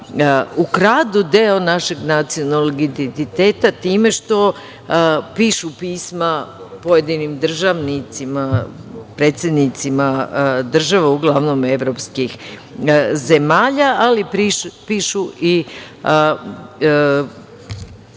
ukradu deo našeg nacionalnog identiteta time što pišu pisma pojedinim državnicima, predsednicima država, uglavnom evropskih zemalja, ali pišu i